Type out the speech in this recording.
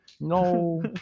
No